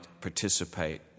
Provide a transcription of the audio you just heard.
participate